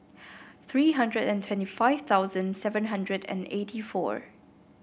three hundred and twenty five thousand seven hundred and eighty four